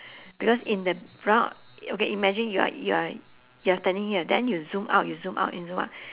because in the roun~ okay imagine you're you're you're standing here then you zoom out you zoom out you zoom out